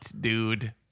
Dude